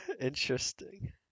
Interesting